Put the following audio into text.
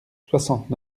soixante